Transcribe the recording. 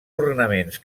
ornaments